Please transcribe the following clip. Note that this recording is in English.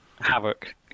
havoc